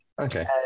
Okay